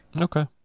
Okay